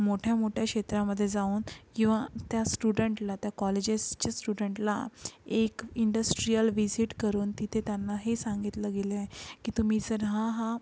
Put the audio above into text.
मोठ्या मोट्या क्षेत्रामध्ये जाऊन किंवा त्या स्टुडन्टला त्या कॉलेजेसच्या स्टुडन्टला एक इंडस्ट्रीयल विझीट करून तिथे त्यांना हे सांगितलं गेलंय की तुम्ही जर हा हा